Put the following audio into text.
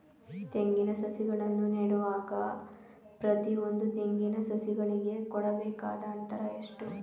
ತೆಂಗಿನ ಸಸಿಗಳನ್ನು ನೆಡುವಾಗ ಪ್ರತಿಯೊಂದು ತೆಂಗಿನ ಸಸಿಗಳಿಗೆ ಕೊಡಬೇಕಾದ ಅಂತರ ಎಷ್ಟು?